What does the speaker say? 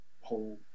whole